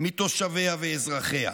מתושביה ואזרחיה.